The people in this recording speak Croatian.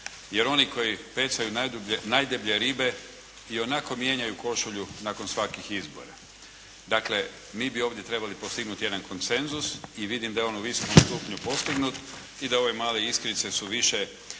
jer oni koji pecaju najdeblje ribe ionako mijenjaju košulju nakon svakih izbora. Dakle mi bi ovdje trebali postignuti jedan koncenzus i vidim da je on u visokom stupnju postignut i da ove male iskrice su više